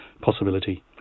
possibility